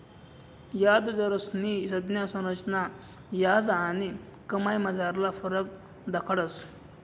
याजदरस्नी संज्ञा संरचना याज आणि कमाईमझारला फरक दखाडस